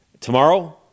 tomorrow